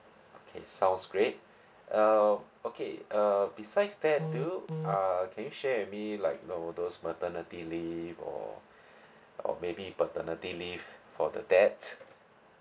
okay sounds great uh okay uh besides that do you uh can you share with me like you know those maternity leave or or maybe paternity leave for the dad